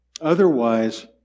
otherwise